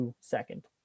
second